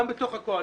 גם בתוך הקואליציה.